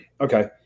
okay